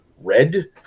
red